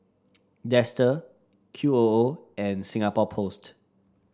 Dester Q O O and Singapore Post